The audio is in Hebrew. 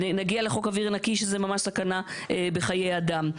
נגיע לחוק אוויר נקי שזה ממש סכנה בחיי אדם.